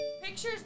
pictures